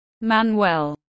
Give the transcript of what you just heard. Manuel